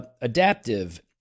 Adaptive